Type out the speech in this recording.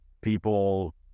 people